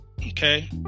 Okay